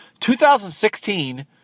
2016